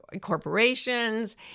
corporations